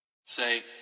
Say